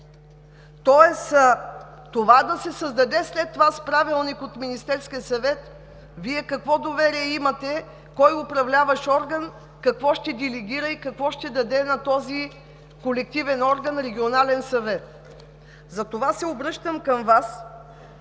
Тоест това да се създаде след това с правилник от Министерския съвет, Вие какво доверие имате кой Управляващ орган какво ще делегира и какво ще даде на този колективен орган – Регионален съвет? Затова се обръщам към Вас